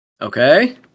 Okay